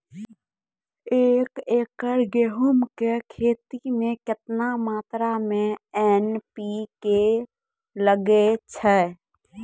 एक एकरऽ गेहूँ के खेती मे केतना मात्रा मे एन.पी.के लगे छै?